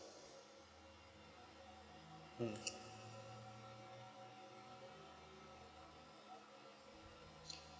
mm